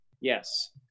Yes